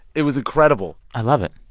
it was incredible i love it.